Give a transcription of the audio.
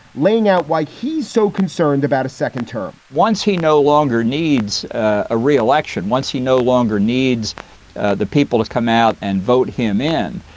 laying out why he's so concerned about a second term once he no longer needs a re-election, once he no longer needs the people to come out and vote him in.